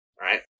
right